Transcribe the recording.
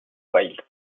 wild